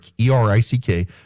E-R-I-C-K